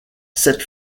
sept